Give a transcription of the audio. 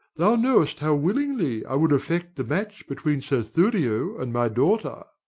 thou know'st how willingly i would effect the match between sir thurio and my daughter.